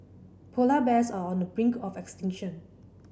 polar bears are on the brink of extinction